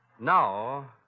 Now